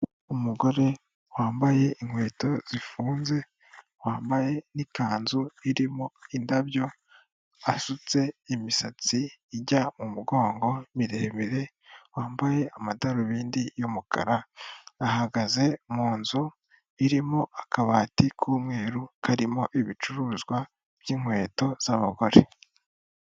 Umugore wambaye inkweto zifunze, wambaye nikanzu irimo indabyo, asutse imisatsi ijya mu mugongo miremire, wambaye amadarubindi y'umukara, ahagaze mu nzu irimo akabati k'umweru karimo ibicuruzwa byinkweto z'abagore.